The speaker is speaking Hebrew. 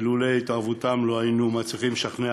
שלולא התערבותם לא היינו מצליחים לשכנע